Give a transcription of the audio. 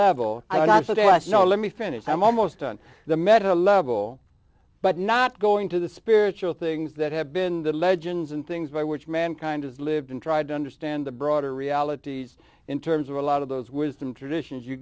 level i say us no let me finish i'm almost on the metal level but not going to the spiritual things that have been the legends and things by which mankind has lived and tried to understand the broader realities in terms of a lot of those wisdom traditions you